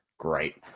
Great